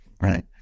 right